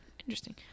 Interesting